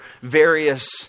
various